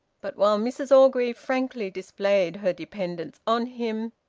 but while mrs orgreave frankly displayed her dependence on him,